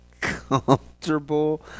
comfortable